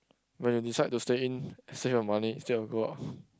when you decide to stay in and save your money instead of go out